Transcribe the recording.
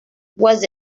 was